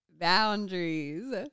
boundaries